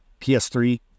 ps3